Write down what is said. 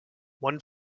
one